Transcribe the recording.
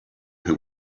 who